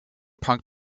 punk